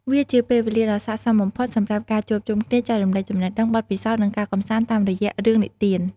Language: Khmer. វាជាពេលវេលាដ៏ស័ក្តិសមបំផុតសម្រាប់ការជួបជុំគ្នា ចែករំលែកចំណេះដឹង បទពិសោធន៍ និងការកម្សាន្តតាមរយៈរឿងនិទាន ។